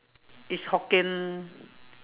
it's Hokkien